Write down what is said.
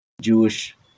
Jewish